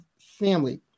family